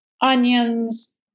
onions